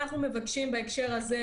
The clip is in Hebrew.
אנחנו מבקשים בהקשר הזה,